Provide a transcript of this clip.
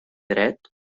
dret